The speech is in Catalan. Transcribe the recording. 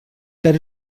perd